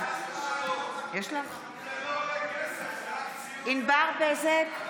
בעד ענבר בזק,